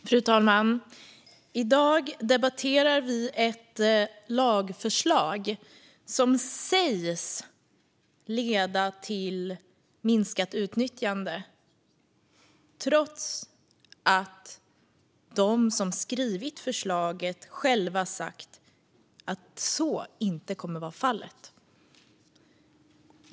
Fru talman! I dag debatterar vi ett lagförslag som sägs leda till minskat utnyttjande, trots att de som skrivit förslaget själva har sagt att så inte kommer att vara fallet.